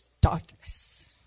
Darkness